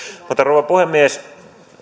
mutta rouva puhemies